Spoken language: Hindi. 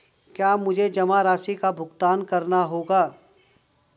क्या मुझे जमा राशि का भुगतान करना होगा?